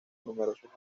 numerosos